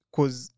Cause